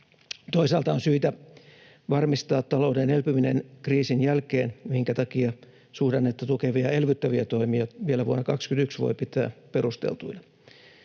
Toisaalta on syytä varmistaa talouden elpyminen kriisin jälkeen, minkä takia suhdannetta tukevia elvyttäviä toimia vielä vuonna 21 voi pitää perusteltuina.